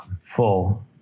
Full